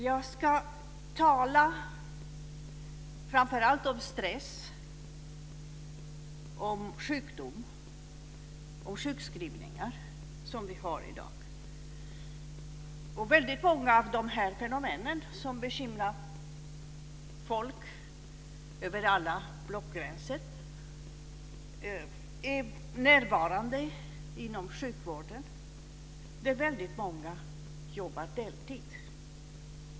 Jag ska framför allt tala om stress, om sjukdom och sjukskrivningar som vi har i dag. Många av de här fenomenen som bekymrar folk över alla blockgränser är närvarande inom sjukvården, där väldigt många jobbar deltid.